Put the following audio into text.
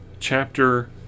chapter